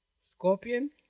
Scorpion